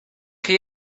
chi